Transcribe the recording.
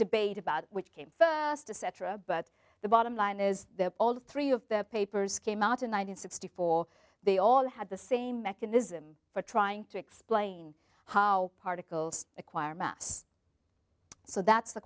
debate about which came first the cetera but the bottom line is that all three of the papers came out in one hundred sixty four they all had the same mechanism for trying to explain how particles acquire mass so that's the